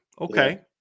Okay